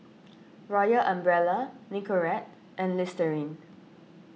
Royal Umbrella Nicorette and Listerine